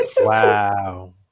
Wow